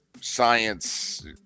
science